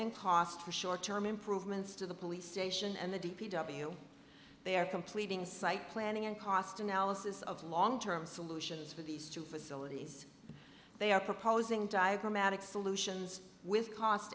and cost for short term improvements to the police station and the d p w they are completing site planning and cost analysis of long term solutions for these two facilities they are proposing diagrammatic solutions with cost